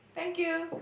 thank you